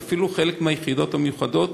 ואפילו חלק מהיחידות המיוחדות,